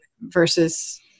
versus